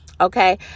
Okay